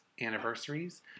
anniversaries